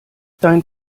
dein